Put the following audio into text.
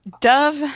Dove